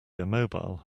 immobile